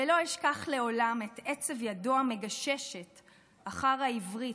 // ולא אשכח לעולם/ את עצב ידו המגששת / אחר העברית,